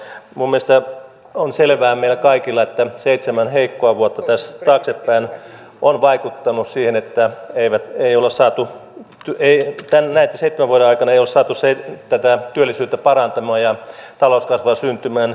minun mielestäni on selvää meille kaikille että seitsemän heikkoa vuotta tästä taaksepäin on vaikuttanut siihen että eivät ne ole saatu kirjeet tälle oman näitten seitsemän vuoden aikana ei olla saatu työllisyyttä parantumaan ja talouskasvua syntymään